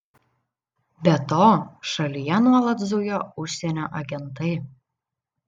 be to šalyje nuolat zujo užsienio agentai